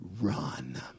run